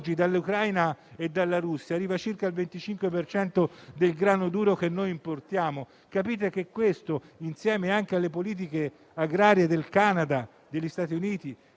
dall'Ucraina e dalla Russia arriva circa il 25 per cento del grano duro che importiamo: capite che questo, insieme anche alle politiche agrarie del Canada, degli Stati Uniti